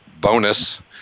bonus